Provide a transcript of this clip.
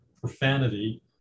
profanity